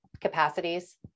capacities